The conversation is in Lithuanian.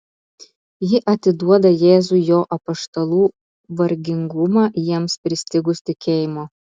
ji atiduoda jėzui jo apaštalų vargingumą jiems pristigus tikėjimo